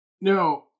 No